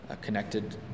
connected